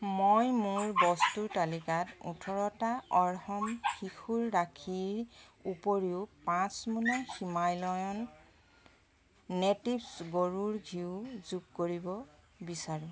মই মোৰ বস্তুৰ তালিকাত ওঠৰটা অৰ্হম শিশুৰ ৰাখীৰ উপৰিও পাঁচ মোনা হিমালয়ান নেটিভ্ছ গৰুৰ ঘিউ যোগ কৰিব বিচাৰিম